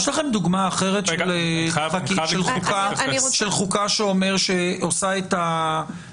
יש לכם דוגמה אחרת של חוקה שעושה את הניתוח